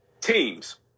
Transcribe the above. teams